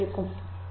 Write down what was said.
சரி